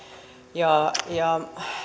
ja ja